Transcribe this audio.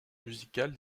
musicale